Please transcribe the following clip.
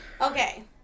Okay